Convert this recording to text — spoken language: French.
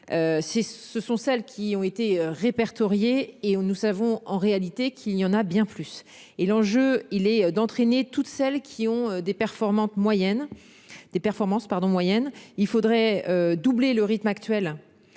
ce sont celles qui ont été répertoriés et nous savons en réalité qu'il n'y en a bien plus et l'enjeu, il est d'entraîner toutes celles qui ont des performances moyennes des performances